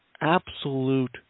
absolute